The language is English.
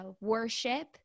worship